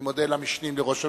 אני מודה למשנים לראש הממשלה,